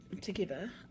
together